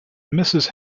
mrs